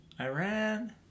Iran